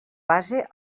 base